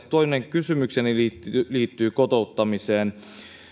toinen kysymykseni liittyy kotouttamiseen